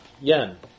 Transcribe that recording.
Yen